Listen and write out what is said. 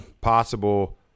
possible